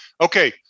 Okay